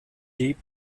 deep